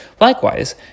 Likewise